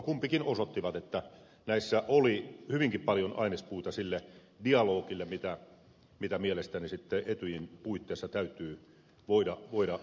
kumpikin osoitti että näissä oli hyvinkin paljon ainespuuta sille dialogille mitä mielestäni etyjin puitteessa täytyy voida sitten käydä